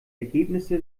ergebnisse